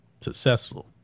successful